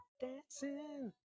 Dancing